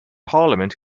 parliament